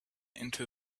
into